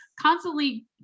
constantly